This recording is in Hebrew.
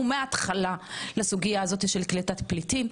מהתחלה לסוגייה הזאת של קליטת פליטים.